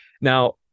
now